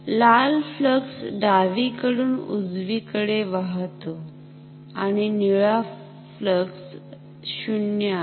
लाल फ्लक्स डावीकडून उजवीकडे वाहतो आणि निळा फ्लक्स 0 आहे